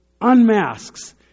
unmasks